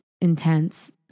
intense